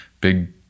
big